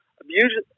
abuse